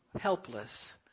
helpless